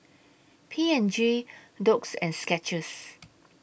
P and G Doux and Skechers